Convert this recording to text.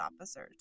officers